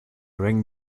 rang